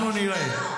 אנחנו נראה.